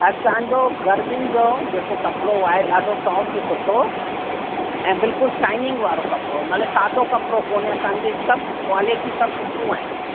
असांजो गर्मियुनि जो जेको कपिड़ो आहे ॾाढो सॉफ़्ट सुठो ऐं बिल्कुलु शाइनिंग वारो कपिड़ो मतिलबु सादो कपिड़ो कोन्हे असांजे सभु क्वालिटी सभु सुठियूं आहिनि